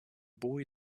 boy